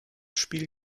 spiel